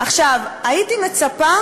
הייתי מצפה